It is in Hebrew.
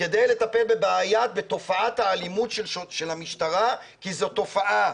כדי לטפל בתופעת האלימות של המשטרה כי זו תופעה,